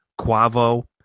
Quavo